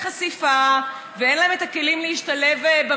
שאין להם הון ואין להם חשיפה ואין להם את הכלים להשתלב במערכת.